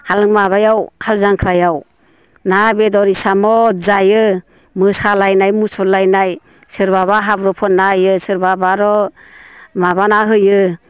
हाल माबायाव हाल जांख्रायाव ना बेदर इस्सामद जायो मोसालायनाय मुसुरलायनाय सोरबाबा हाब्रु फोनना होयो सोरबाबार' माबाना होयो